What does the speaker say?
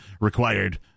required